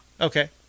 Okay